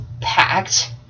packed